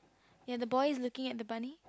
ya the boy is looking at the bunny